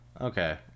Okay